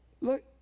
Look